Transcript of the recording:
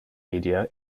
media